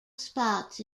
spots